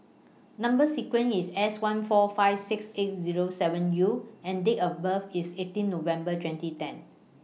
Number sequence IS S one four five six eight Zero seven U and Date of birth IS eighteen November twenty ten